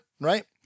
Right